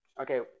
Okay